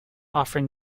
offering